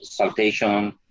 saltation